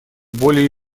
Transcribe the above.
более